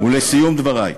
ולסיום דברי: